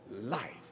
life